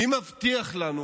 מי מבטיח לנו